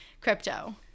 crypto